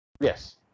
Yes